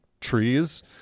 trees